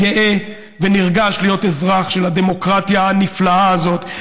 גאה ונרגש להיות אזרח של הדמוקרטיה הנפלאה הזאת,